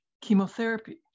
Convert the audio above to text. chemotherapy